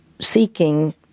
seeking